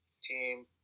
team